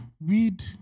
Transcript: weed